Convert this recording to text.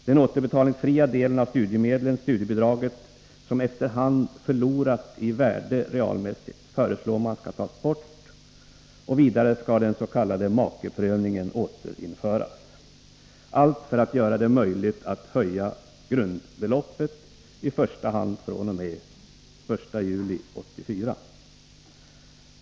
Den återbetalningsfria delen av studiemedlen, studiebidraget, som efter hand förlorat i värde realmässigt, föreslås tas bort. Vidare skall den s.k. makeprövningen återinföras — detta för att göra det möjligt att höja grundbeloppet, i första hand fr.o.m. den 1 juli 1984.